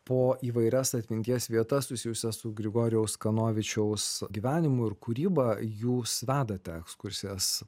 po įvairias atminties vietas susijusias su grigorijaus kanovičiaus gyvenimu ir kūryba jūs vedate ekskursijas